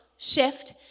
shift